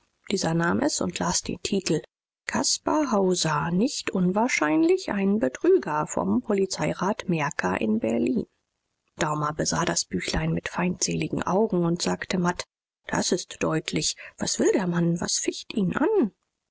dieser nahm es und las den titel caspar hauser nicht unwahrscheinlich ein betrüger vom polizeirat merker in berlin daumer besah das büchlein mit feindseligen augen und sagte matt das ist deutlich was will der mann was ficht ihn an